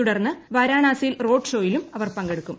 തുടർന്ന് വരാണസിയിൽ റോഡ്ഷോയിലും അവർ പങ്കെടുക്കും